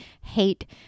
hate